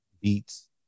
Beats